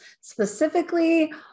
specifically